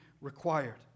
required